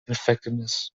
effectiveness